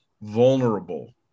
vulnerable